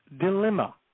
dilemma